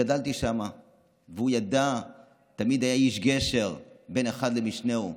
כשגדלתי שם הוא תמיד היה איש גשר בין אחד למשנהו.